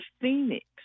phoenix